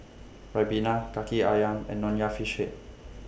Ribena Kaki Ayam and Nonya Fish Head